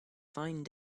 fine